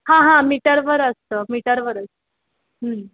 हां हां मीटरवर असतं मीटरवरच